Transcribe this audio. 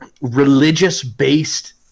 religious-based